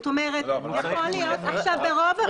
זאת אומרת יכול להיות --- רגע,